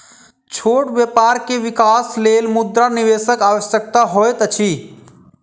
छोट व्यापार के विकासक लेल मुद्रा निवेशकक आवश्यकता होइत अछि